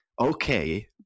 okay